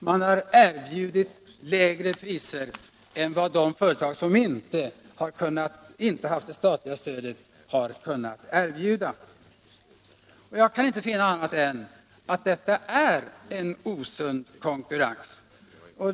Man har erbjudit lägre priser än de företag som inte haft det statliga stödet har kunna erbjuda. Jag kan inte finna annat än att detta är en osund konkurrens.